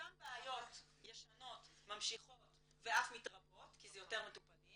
אותן בעיות ישנות ממשיכות ואף מתרבות כי זה יותר מטופלים